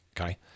Okay